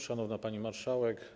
Szanowna Pani Marszałek!